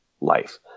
life